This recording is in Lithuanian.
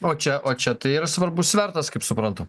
o čia o čia tai yra svarbus svertas kaip suprantu